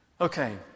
Okay